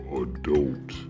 adult